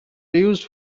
used